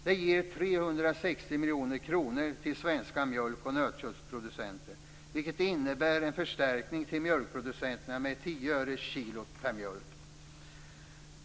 Detta ger 360 miljoner kronor till svenska mjölk och nötköttsproducenter, vilket innebär en förstärkning till mjölkproducenterna med 10 öre per kilo mjölk.